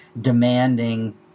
demanding